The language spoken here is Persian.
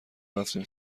رفتیم